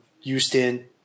Houston